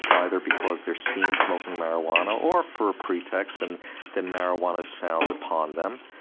either because they are seen smoking marijuana or for a pretext and then marijuana is found upon them.